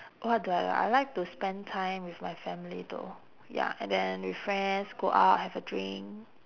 what do I like I like to spend time with my family though ya and then with friends go out have a drink